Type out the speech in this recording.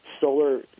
solar